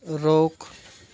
रोकु